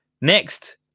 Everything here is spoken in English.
next